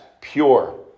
pure